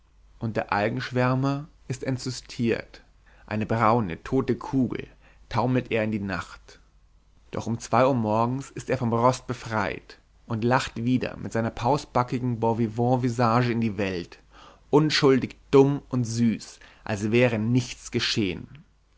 und der algenschwärmer ist enzystiert eine braune tote kugel taumelt er in die nacht doch um zwei uhr morgens ist er vom rost befreit und lacht wieder mit seiner pausbackigen bonvivantvisage in die welt unschuldig dumm und süß als wäre nichts geschehn